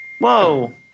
Whoa